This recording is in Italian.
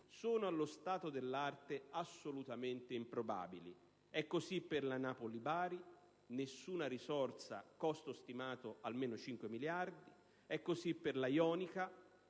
sono allo stato dell'arte assolutamente improbabili. È così per la Napoli-Bari (nessuna risorsa, costo stimato almeno 5 miliardi di euro); ed è così per la Ionica